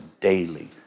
daily